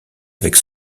avec